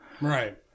Right